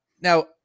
Now